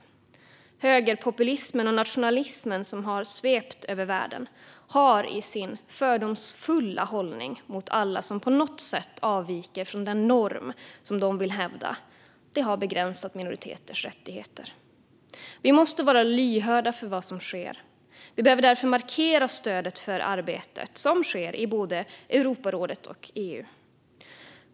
Den högerpopulism och nationalism som har svept över världen har genom sin fördomsfulla hållning gentemot alla som på något sätt avviker från den norm de vill hävda begränsat minoriteters rättigheter. Vi måste vara lyhörda för vad som sker, och vi behöver därför markera vårt stöd för det arbete som sker i både Europarådet och EU.